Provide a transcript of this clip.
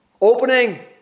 opening